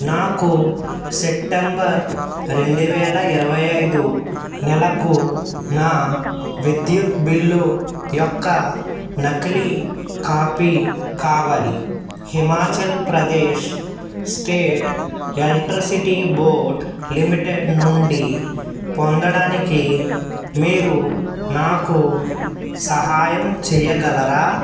నాకు సెప్టెంబర్ రెండు వేల ఇరవై ఐదు నెలకు నా విద్యుత్ బిల్లు యొక్క నకిలీ కాపీ కావాలి Himachal Pradesh state electricity board limited నుండి పొందడానికి మీరు నాకు సహాయం చెయ్యగలరా